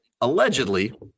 allegedly